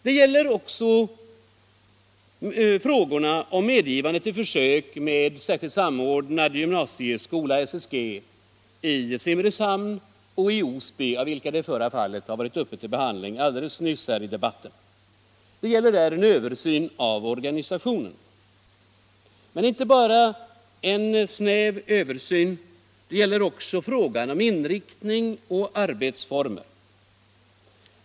Det gäller också frågorna om medgivande till försök med särskild samordnad gymnasieskola — SSG — i Simrishamn och i Osby, av vilka det förra fallet alldeles nyss har berörts i debatten. Det är där fråga om en översyn av organisationen. Men det gäller inte bara en snäv översyn utan också frågan om inriktning och arbetsformer.